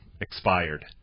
expired